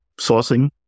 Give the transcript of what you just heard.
sourcing